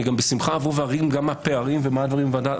בשמחה אני אבוא ואומר גם מה הפערים אבל עדיין